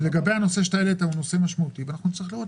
הנושא שהעלית הוא נושא משמעותי שאנחנו נצטרך לראות